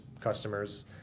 customers